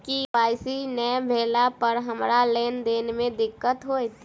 KYC नै भेला पर हमरा लेन देन मे दिक्कत होइत?